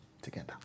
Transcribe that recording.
together